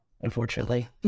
unfortunately